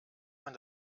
man